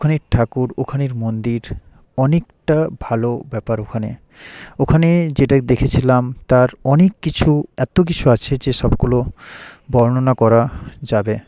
ওখানের ঠাকুর ওখানের মন্দির অনেকটা ভালো ব্যাপার ওখানে ওখানের যেটা দেখেছিলাম তার অনেক কিছু এত কিছু আছে যে সবগুলো বর্ণনা করা যাবে